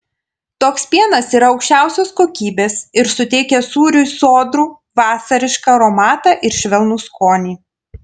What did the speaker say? toks pienas yra aukščiausios kokybės ir suteikia sūriui sodrų vasarišką aromatą ir švelnų skonį